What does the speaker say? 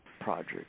project